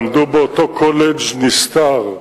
למדו באותו קולג' נסתר,